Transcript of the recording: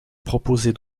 proposer